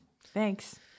Thanks